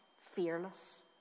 fearless